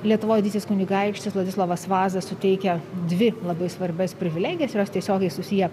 lietuvoje didysis kunigaikštis vladislovas vaza suteikia dvi labai svarbias privilegijas jos tiesiogiai susiję